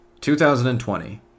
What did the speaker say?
2020